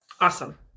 Awesome